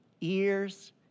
ears